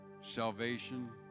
salvation